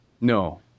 No